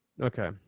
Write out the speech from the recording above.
okay